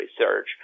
research